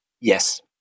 yes